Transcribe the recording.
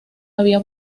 había